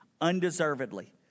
Undeservedly